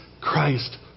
Christ